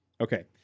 Okay